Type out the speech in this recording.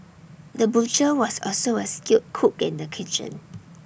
the butcher was also A skilled cook in the kitchen